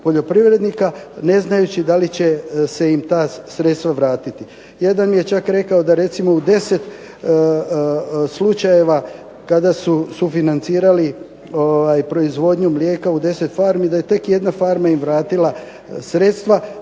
poljoprivrednika ne znajući da li će im se ta sredstva vratiti. Jedan mi je čak rekao da recimo u 10 slučajeva kada su sufinancirali proizvodnju mlijeka u 10 farmi da je tek 1 farma im vratila sredstva,